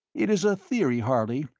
it is a theory, harley,